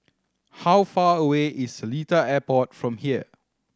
how far away is Seletar Airport from here